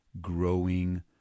growing